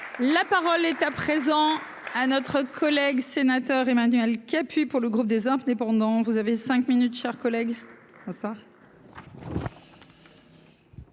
la parole est à présent à notre collègue. Sénateur Emmanuel qui appuie pour le groupe des indépendants, vous avez 5 minutes, chers collègues,